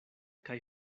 kaj